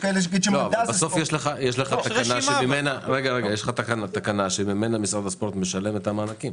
בסוף יש לך תקנה שממנה משרד הספורט משלם את המענקים.